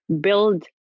Build